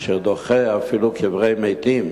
אשר דוחה אפילו קברי מתים